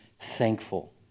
thankful